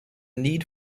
need